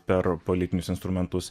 per politinius instrumentus